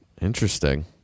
interesting